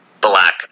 black